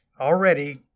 already